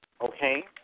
okay